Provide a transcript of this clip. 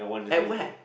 at where